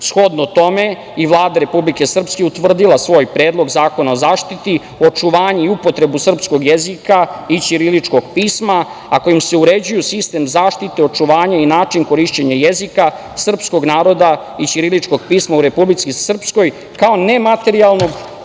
Shodno tome, i Vlada Republike Srpske je utvrdila i svoj Predlog zakona o zaštiti, očuvanju i upotrebi srpskog jezika i ćiriličkog pisma, a kojim se uređuje sistem zaštite i očuvanje i način korišćenja jezika srpskog naroda i ćiriličnog pisma u Republici Srpskoj, kao nematerijalnog